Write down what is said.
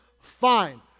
fine